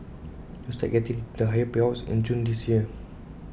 those are getting the higher payouts in June this year